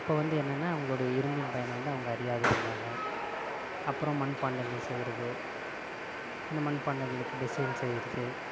அப்போ வந்து என்னன்னா அவங்களோட இரும்பின் பயன் வந்து அவங்க அறியாது இருந்தாங்க அப்புறம் மண் பாண்டங்கள் செய்யுறது அந்த மண் பாண்டங்களுக்கு டிசைன் செய்யுறது